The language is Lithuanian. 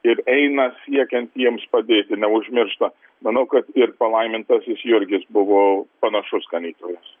ir eina siekiant jiems padėti neužmiršta manau kad ir palaimintasis jurgis buvo panašus ganytojas